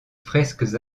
fresques